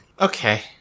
Okay